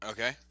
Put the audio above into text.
Okay